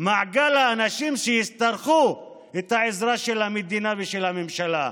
מעגל האנשים שיצטרכו את העזרה של המדינה ושל הממשלה?